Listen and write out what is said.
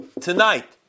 Tonight